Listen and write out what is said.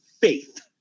faith